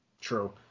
True